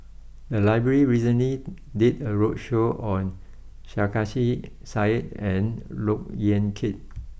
the library recently did a roadshow on Sarkasi Said and look Yan Kit